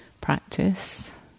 practice